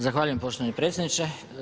Zahvaljujem poštovani predsjedniče.